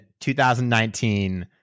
2019